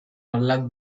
unlock